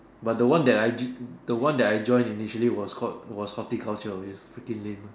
but the one that I j~ the one that I joined initially was called was horticulture its freaking lame uh